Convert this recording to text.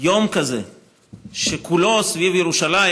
ביום כזה שכולו סביב ירושלים,